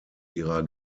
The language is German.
ihrer